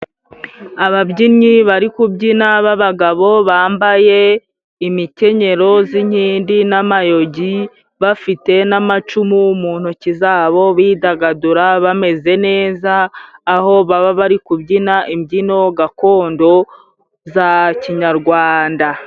Ababyinnyi bari kubyina b'abagabo bambaye imikenyero z'inkindi, n'amayugi bafite n'amacumu mu ntoki zabo. Bidagadura bameze neza aho baba bari kubyina, imbyino gakondo za kinyarwanda.